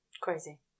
Crazy